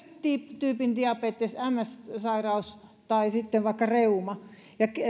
ykköstyypin diabetes ms sairaus tai sitten vaikka reuma